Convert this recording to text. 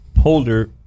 holder